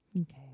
Okay